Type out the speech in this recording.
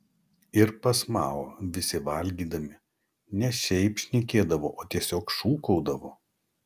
ir pas mao visi valgydami ne šiaip šnekėdavo o tiesiog šūkaudavo